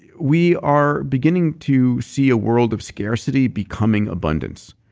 yeah we are beginning to see a world of scarcity becoming abundance.